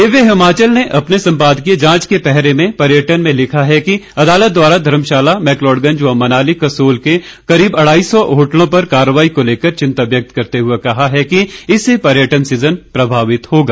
दिव्य हिमाचल ने अपने सम्पादकीय जांच के पहरे में पर्यटन में लिखा है कि अदालत द्वारा धर्मशाला मैकलोडगंल व मनाली कसोल के करीब अड़ाई सौ होटलों पर कार्रवाई को लेकर चिंता व्यक्त करते हुए कहा है कि इससे पर्यटन सीजन प्रभावित होगा